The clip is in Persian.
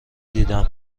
دیدم